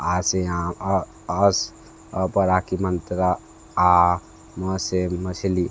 आ से आम अ अस अ पर आ की मात्रा आ म से मछली